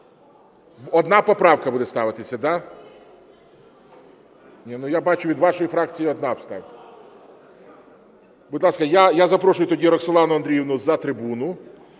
Одна поправка буде ставитися, да? Я бачу, від вашої фракції одна. Будь ласка, я запрошую тоді Роксолану Андріївну за трибуну.